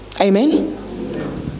Amen